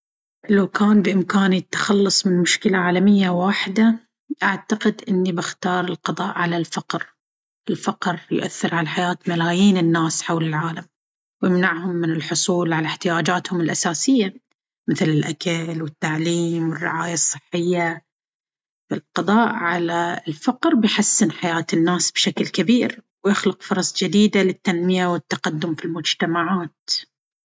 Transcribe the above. لو كان بإمكاني التخلص من مشكلة عالمية واحدة، أعتقد أني بأختار القضاء على الفقر. الفقر يؤثر على حياة ملايين الناس حول العالم، ويمنعهم من الحصول على احتياجاتهم الأساسية مثل الأكل والتعليم والرعاية الصحية. القضاء على الفقر بيحسن حياة الناس بشكل كبير، ويخلق فرص جديدة للتنمية والتقدم في المجتمعات.